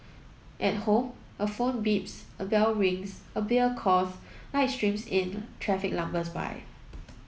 at home a phone beeps a bell rings a beer calls light streams in traffic lumbers by